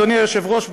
אדוני היושב-ראש,